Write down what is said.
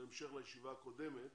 זה המשך לישיבה הקודמת,